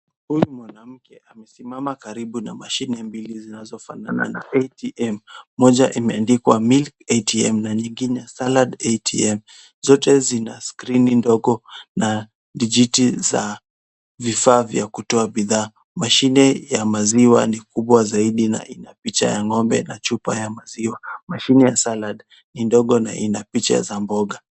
Huyu mwanamke amesimama karibu na mashine mbili zinazofanana na ATM . Moja imeandikwa Milk ATM na nyingine Salad ATM . Zote zina skrini ndogo na dijiti za vifaa vya kutoa bidhaa. Mashine ya maziwa ni kubwa zaidi na ina picha ya ng'ombe na chupa ya maziwa. Mashine ya salad ni ndogo na ina picha za mboga.